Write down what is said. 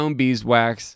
beeswax